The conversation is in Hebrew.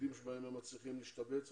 ובתפקידים בהם הם מצליחים להשתבץ ולשרת.